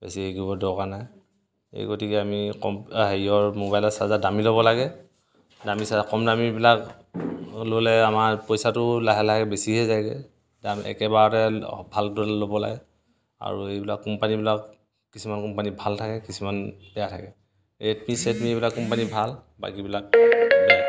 বেছি হেৰি কৰিব দৰকাৰ নাই এই গতিকে আমি কম হেৰিৰ মোবাইলৰ চাৰ্জাৰ দামী ল'ব লাগে দামী চাৰ্জাৰ কম দামীবিলাক ল'লে আমাৰ পইচাটো লাহে লাহে বেছিহে যায়গৈ দাম একেবাৰতে ভালটো ল'ব লাগে আৰু এইবিলাক কোম্পানীবিলাক কিছুমান কোম্পানী ভাল থাকে কিছুমান বেয়া থাকে ৰেডমি চেডমি এইবিলাক কোম্পানী ভাল বাকীবিলাক